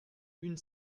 une